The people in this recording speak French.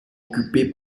occupée